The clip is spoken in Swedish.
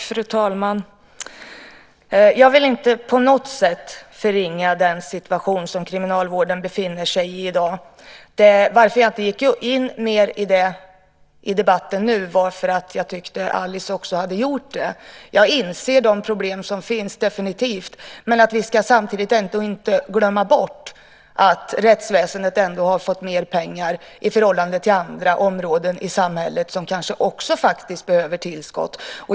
Fru talman! Jag vill inte på något sätt förringa den situation som kriminalvården befinner sig i i dag. Varför jag inte gick in mer i debatten nu var för att jag tyckte att Alice Åström hade gjort det. Jag inser definitivt att det finns problem. Men vi ska samtidigt inte glömma bort att rättsväsendet ändå har fått mer pengar i förhållande till andra områden i samhället som kanske också behöver tillskott.